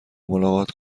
ملاقات